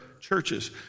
Churches